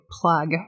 plug